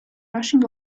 rushing